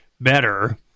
Better